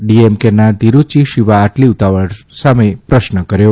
ડીએમકેના તિરૃયી શિવા આટલી ઉતાવળ સામે પ્રશ્ન કર્યો